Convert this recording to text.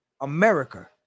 America